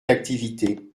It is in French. d’activité